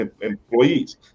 employees